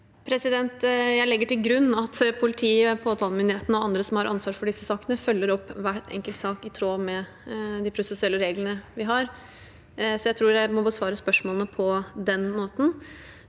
Jeg legger til grunn at politiet, påtalemyndighetene og andre som har ansvar for disse sakene, følger opp hver enkelt sak i tråd med de prosessuelle reglene vi har. Jeg tror jeg må besvare spørsmålene på den måten.